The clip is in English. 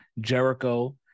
jericho